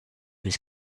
was